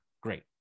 great